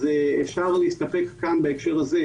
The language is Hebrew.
אפשר להסתפק כאן בהקשר הזה,